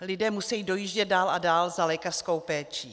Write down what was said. Lidé musejí dojíždět dál a dál za lékařskou péčí.